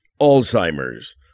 Alzheimer's